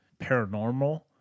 paranormal